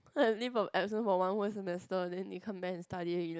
I have leave of absence for one whole semester then you come back and study